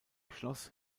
schloss